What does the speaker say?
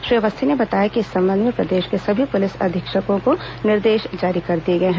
श्री अवस्थी ने बताया कि इस संबंध में प्रदेश के सभी पुलिस अधीक्षकों को निर्देश जारी कर दिए गए हैं